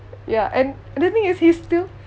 ya and the thing is he still